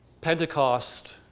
Pentecost